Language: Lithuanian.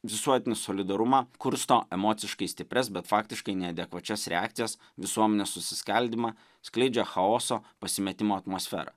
visuotinį solidarumą kursto emociškai stiprias bet faktiškai neadekvačias reakcijas visuomenės susiskaldymą skleidžia chaoso pasimetimo atmosferą